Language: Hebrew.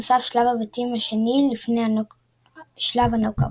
נוסף שלב בתים שני לפני שלב הנוקאאוט.